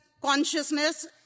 consciousness